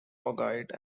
augite